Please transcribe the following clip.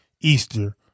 Easter